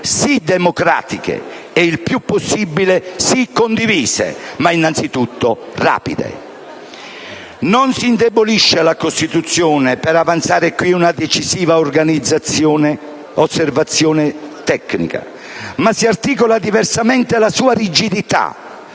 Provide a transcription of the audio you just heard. sì democratiche e il più possibile condivise, ma innanzitutto rapide. Non si indebolisce la Costituzione, per avanzare qui una decisiva osservazione tecnica, ma si articola diversamente la sua rigidità,